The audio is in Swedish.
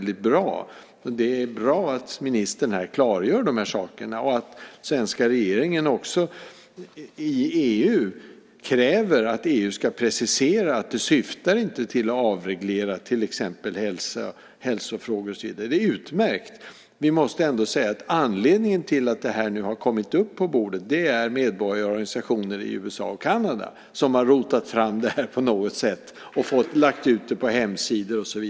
Det är bra att ministern här klargör de här sakerna och att den svenska regeringen också i EU kräver att EU ska precisera att det inte syftar till att avreglera till exempel hälsofrågor och så vidare. Det är utmärkt. Men vi måste också säga att anledningen till att det här har kommit upp på bordet är att medborgarorganisationer i USA och Kanada har rotat fram detta på något sätt och lagt ut det på hemsidor.